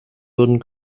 würden